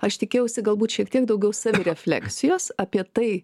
aš tikėjausi galbūt šiek tiek daugiau savirefleksijos apie tai